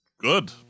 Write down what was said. good